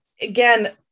again